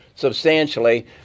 substantially